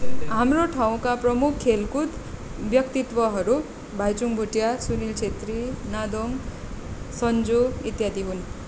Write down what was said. हाम्रो ठाउँका प्रमुख खेलकुद व्यक्तित्वहरू भाइचुङ भोटिया सुनिल छेत्री नादोङ सन्जु इत्यादि हुन्